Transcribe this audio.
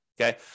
Okay